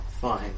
Fine